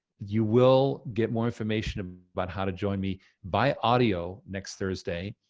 you will get more information about how to join me by audio next thursday.